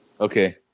Okay